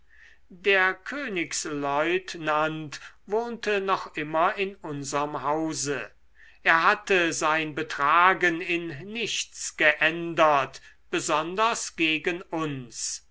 der königslieutenant wohnte noch immer in unserm hause er hatte sein betragen in nichts geändert besonders gegen uns